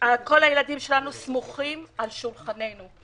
כל הילדים שלנו סמוכים על שולחננו.